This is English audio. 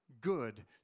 good